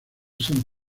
san